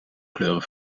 kleuren